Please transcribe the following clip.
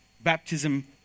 baptism